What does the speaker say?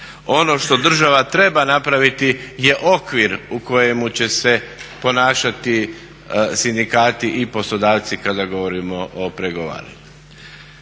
Ono što država treba napraviti je okvir u kojemu će se ponašati sindikati i poslodavci kada govorimo o pregovaranju.